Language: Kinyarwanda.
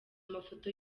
mafoto